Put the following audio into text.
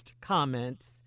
comments